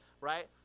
right